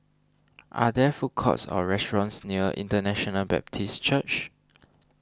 are there food courts or restaurants near International Baptist Church